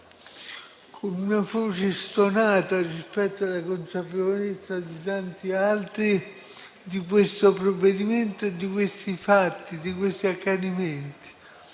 con una voce stonata, rispetto alla consapevolezza di tanti altri, di questo provvedimento e di questi fatti, di questi accadimenti.